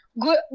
good